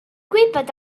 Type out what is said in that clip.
gwybod